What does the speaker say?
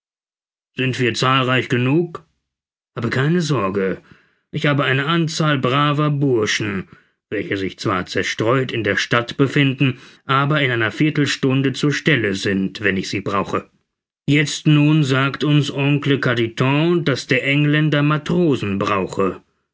sind wir zahlreich genug habe keine sorge ich habe eine anzahl braver bursche welche sich zwar zerstreut in der stadt befinden aber in einer viertelstunde zur stelle sind wenn ich sie brauche jetzt nun sagt uns oncle carditon daß der engländer matrosen brauche